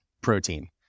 protein